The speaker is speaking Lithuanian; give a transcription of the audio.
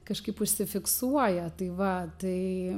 kažkaip užsifiksuoja tai va tai